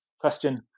question